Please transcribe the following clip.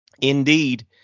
indeed